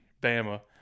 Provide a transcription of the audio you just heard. Bama